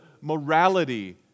morality